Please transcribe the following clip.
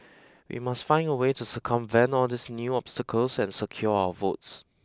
we must find a way to circumvent all these new obstacles and secure our votes